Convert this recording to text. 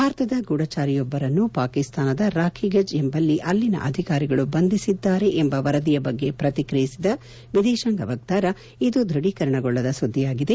ಭಾರತದ ಗೂಡಾಚಾರಿಯೊಬ್ಬರನ್ನು ಪಾಕಿಸ್ತಾನದ ರಾಖಿಗಚ್ ಎಂಬಲ್ಲಿ ಅಲ್ಲಿನ ಅಧಿಕಾರಿಗಳು ಬಂಧಿಸಿದ್ದಾರೆ ಎಂಬ ವರದಿಯ ಬಗ್ಗೆ ಪ್ರಕ್ರಿಯಿಸಿದ ವಿದೇಶಾಂಗ ವಕ್ತಾರ ಇದು ದೃಢೀಕರಣಗೊಳ್ಳದ ಸುದ್ದಿಯಾಗಿದೆ